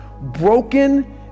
broken